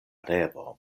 revo